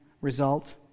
result